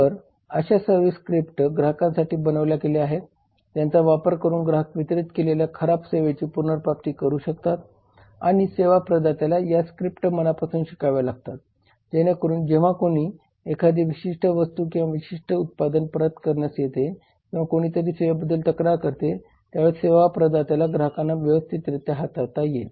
तर अशा service scripts ग्राहकांसाठी बनविल्या गेल्या आहेत ज्याचा वापर करून ग्राहक वितरीत केलेल्या खराब सेवेची पुनर्प्राप्त करू शकतात आणि सेवा प्रदात्याला या स्क्रिप्ट मनापासून शिकाव्या लागतात जेणेकरून जेव्हा कोणी एखादी विशिष्ट वस्तू किंवा विशिष्ट उत्पादन परत करण्यास येते किंवा कोणीतरी सेवेबद्दल तक्रार करते त्यावेळेस सेवा प्रदात्याला ग्राहकांना व्यवस्थितरीत्या हाताळता येईल